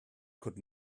could